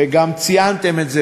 וגם ציינתם את זה,